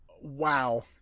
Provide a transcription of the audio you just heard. Wow